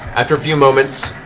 after a few moments,